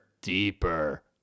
deeper